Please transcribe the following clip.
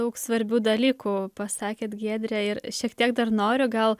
daug svarbių dalykų pasakėt giedre ir šiek tiek dar noriu gal